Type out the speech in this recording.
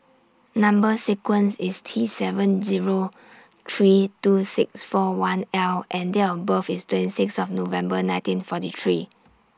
Number sequence IS T seven Zero three two six four one L and Date of birth IS twenty six of November nineteen forty three